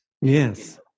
yes